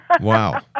Wow